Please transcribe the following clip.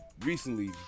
recently